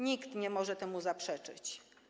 Nikt nie może temu zaprzeczyć.